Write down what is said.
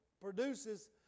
produces